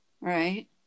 Right